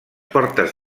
portes